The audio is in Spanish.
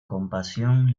compasión